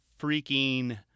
freaking